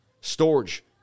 Storage